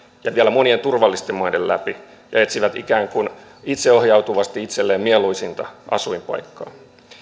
ja vielä monien turvallisten maiden läpi ja etsivät ikään kuin itseohjautuvasti itselleen mieluisinta asuinpaikkaa